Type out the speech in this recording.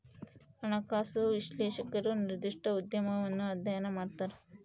ಹಣಕಾಸು ವಿಶ್ಲೇಷಕರು ನಿರ್ದಿಷ್ಟ ಉದ್ಯಮವನ್ನು ಅಧ್ಯಯನ ಮಾಡ್ತರ